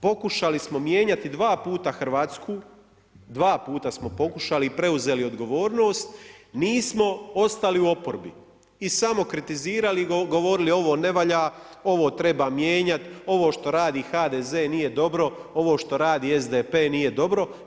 Pokušali smo mijenjati 2 puta Hrvatsku, 2 puta smo pokušali i preuzeli odgovornost, nismo ostali u oporbi i samo kritizirali i govorili ovo ne valja, ovo treba mijenjati, ovo što radi HDZ nije dobro, ovo što radi SDP nije dobro.